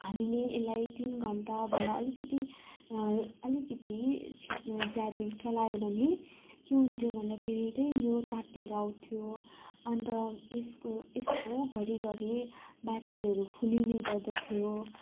हामीले यसलाई तिन घन्टाभन्दा अलिकति अलिकति छिट् ज्यादै चलायो भने के हुन्थ्यो भन्दाखेरि त्यही यो तात्तिएर आउँथ्यो अन्त यसको यसको घरिघरि ब्याट्रीहरू फुलिने गर्दथ्यो